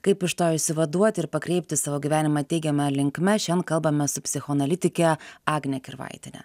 kaip iš to išsivaduoti ir pakreipti savo gyvenimą teigiama linkme šian kalbamės su psichoanalitike agne kirvaitiene